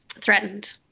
threatened